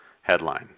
headline